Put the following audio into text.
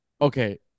Okay